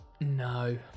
No